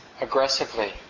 aggressively